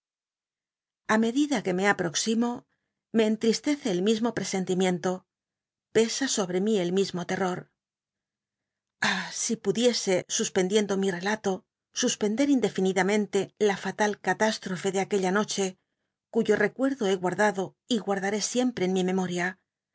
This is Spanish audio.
a medida que me aproximo me entristece el mismo presentimiento pesa sobte mí el mismo lel'lor ah si pudiese suspendiendo mi relato suspender indefinidamente la fatal catástrofe d aquella noche cuyo recuerdo he guatdado y guardaré siempre en mi memoria